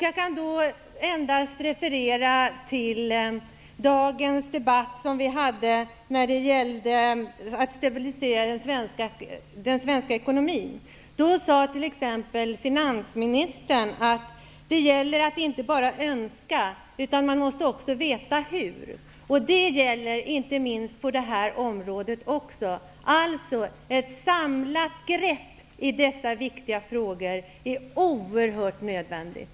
Jag kan endast referera till dagens debatt om stabiliseringen av den svenska ekonomin. Finansministern sade t.ex. att det gäller att inte bara önska utan också ''veta hur''. Det gäller inte minst på det här området. Alltså: Ett samlat grepp i dessa viktiga frågor är oerhört nödvändigt.